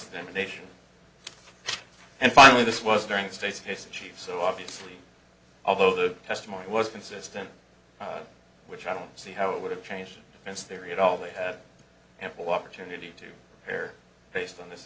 ventilation and finally this was during the state's case in chief so obviously although the testimony was consistent which i don't see how it would have changed since theory at all they had ample opportunity to hear based on this